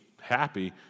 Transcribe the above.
happy